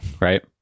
right